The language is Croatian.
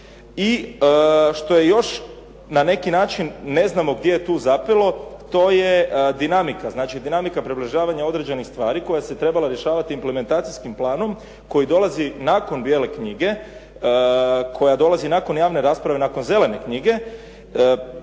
I što je još na neki način, ne znamo gdje je tu zapelo, to je dinamika. Znači dinamika približavanja određenih stvari koja se trebala dešavati implementacijskim planom koji dolazi nakon bijele knjige, koja dolazi nakon javne rasprave nakon zelene knjige.